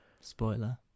Spoiler